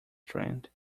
trend